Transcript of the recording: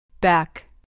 Back